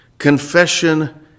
Confession